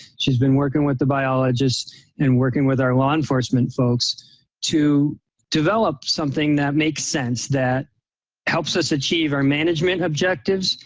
she's been working with the biologist and working with our law enforcement folks to develop something that makes sense, that helps us achieve our management objectives,